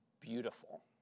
beautiful